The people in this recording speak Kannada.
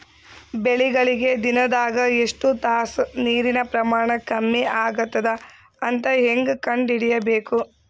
ಬೆಳಿಗಳಿಗೆ ದಿನದಾಗ ಎಷ್ಟು ತಾಸ ನೀರಿನ ಪ್ರಮಾಣ ಕಮ್ಮಿ ಆಗತದ ಅಂತ ಹೇಂಗ ಕಂಡ ಹಿಡಿಯಬೇಕು?